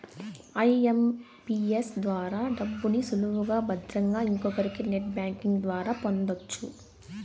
IMPS ద్వారా డబ్బుని సులువుగా భద్రంగా ఇంకొకరికి నెట్ బ్యాంకింగ్ ద్వారా పొందొచ్చు